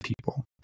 people